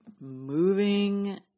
moving